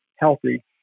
healthy